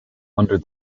under